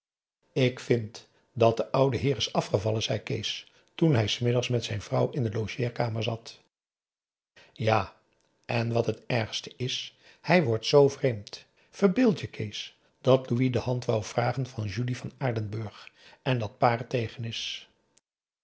ik vind dat de oude heer is afgevallen zei kees toen hij s middags met zijn vrouw in de logeerkamer zat ja en wat het ergste is hij wordt zoo vreemd verbeeld je kees dat louis de hand wou vragen van julie van aardenburg en dat pa